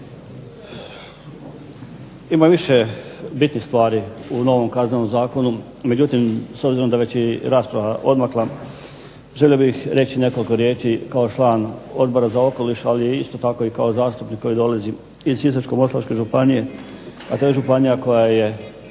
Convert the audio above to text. Ima više bitnih stvari u novom Kaznenom zakonu, međutim s obzirom da već je i rasprava odmakla želio bih reći nekoliko riječi kao član odbora za okoliš, ali isto tako i kao zastupnik koji dolazi iz Sisačko-moslavačke županije, a to je županija koja je